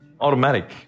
Automatic